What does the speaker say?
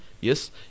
Yes